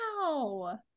wow